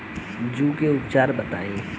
जूं के उपचार बताई?